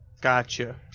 Gotcha